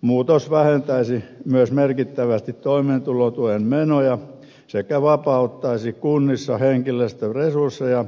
muutos vähentäisi myös merkittävästi toimeentulotuen menoja sekä vapauttaisi kunnissa muihin tehtäviin henkilöstöresursseja